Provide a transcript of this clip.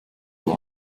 war